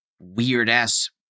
weird-ass